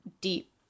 deep